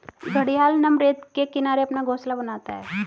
घड़ियाल नम रेत के किनारे अपना घोंसला बनाता है